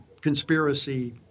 conspiracy